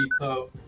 depot